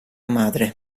madre